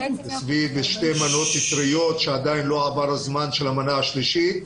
סביב שתי מנות טריות שעדיין לא עבר הזמן למנה השלישית.